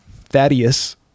Thaddeus